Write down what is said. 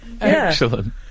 Excellent